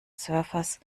servers